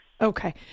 Okay